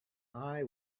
eye